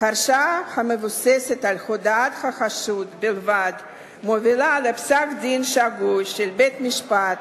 הרשעה המבוססת על הודאת החשוד בלבד מובילה לפסק-דין שגוי של בית-משפט,